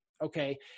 Okay